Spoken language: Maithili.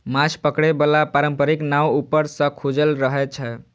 माछ पकड़े बला पारंपरिक नाव ऊपर सं खुजल रहै छै